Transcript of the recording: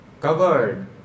covered